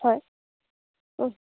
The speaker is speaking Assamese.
হয় অঁ